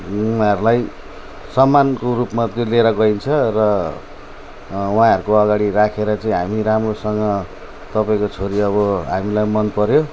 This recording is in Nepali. हरूलाई सम्मानको रूपमा त्यो लिएर गइन्छ र उहाँहरूको अगाडि राखेर चाहिँ हामी राम्रोसँग तपाईँको छोरी अब हामीलाई मनपऱ्यो